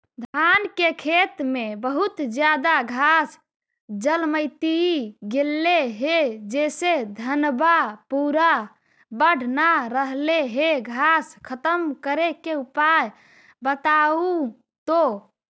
धान के खेत में बहुत ज्यादा घास जलमतइ गेले हे जेसे धनबा पुरा बढ़ न रहले हे घास खत्म करें के उपाय बताहु तो?